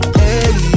hey